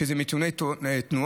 שזה נתוני תנועה,